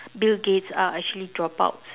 Bill Gates are actually dropouts